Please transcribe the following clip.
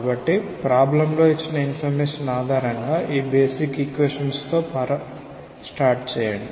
కాబట్టి ప్రాబ్లం లో ఇచ్చిన ఇన్ఫర్మేషన్ ఆధారంగా ఈ బేసిక్ ఈక్వేషన్ తో ప్రారంభించండి